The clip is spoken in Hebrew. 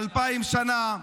אלפיים שנה?